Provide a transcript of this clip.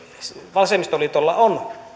vasemmistoliitolla on